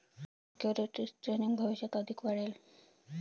securities trading भविष्यात अधिक वाढेल